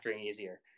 easier